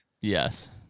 yes